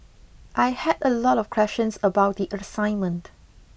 I had a lot of questions about the assignment